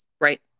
Right